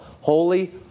Holy